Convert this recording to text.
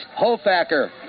Hofacker